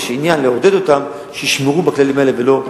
יש עניין לעודד אותם שישמרו את הכללים ולא,